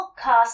podcast